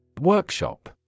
Workshop